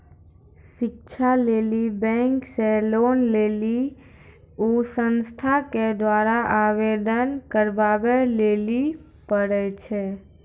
शिक्षा लेली बैंक से लोन लेली उ संस्थान के द्वारा आवेदन करबाबै लेली पर छै?